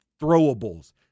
throwables